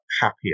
happier